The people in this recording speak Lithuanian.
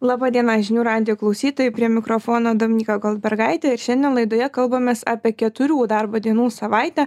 laba diena žinių radijo klausytojai prie mikrofono dominyka goldbergaitė ir šiandien laidoje kalbamės apie keturių darbo dienų savaitę